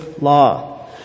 law